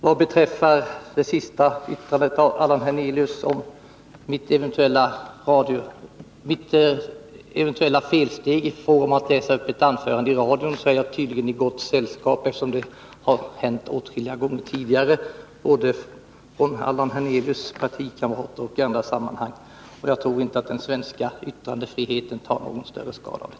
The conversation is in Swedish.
Vad beträffar det sista yttrandet av Allan Hernelius om mitt eventuella felsteg i fråga om att läsa upp ett anförande i radio, så är jag tydligen i gott sällskap. Detta har ju gjorts åtskilliga gånger tidigare, både av Allan Hernelius partikamrater och av andra. Jag tror inte att den svenska yttrandefriheten tar någon större skada av det.